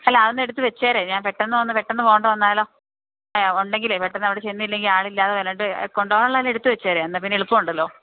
അല്ല അതൊന്ന് എടുത്തുവെച്ചേക്കൂ ഞാന് പെട്ടെന്ന് വന്ന് പെട്ടെന്ന് പോകേണ്ടിവന്നാലോ ഉണ്ടെങ്കില് പെട്ടെന്ന് അവിടെ ചെന്നില്ലെങ്കില് ആളില്ലെന്ന് പറഞ്ഞിട്ട് കൊണ്ടുപോകാനുള്ളതെല്ലാം എടുത്തുവെച്ചേക്കൂ എന്നാല് പിന്നെ എളുപ്പമുണ്ടല്ലോ